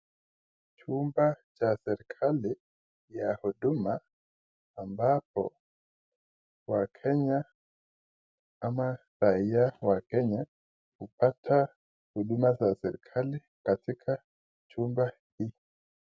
Chumba cha serikali ya huduma ambapo wakenya ama raia wa kenya , hupata huduma za serikali katika chumba hiki.